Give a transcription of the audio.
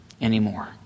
anymore